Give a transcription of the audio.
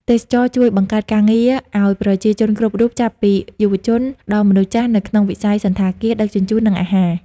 ទេសចរណ៍ជួយបង្កើតការងារឲ្យប្រជាជនគ្រប់រូប ចាប់ពីយុវជនដល់មនុស្សចាស់ នៅក្នុងវិស័យសណ្ឋាគារ ដឹកជញ្ជូន និងអាហារ។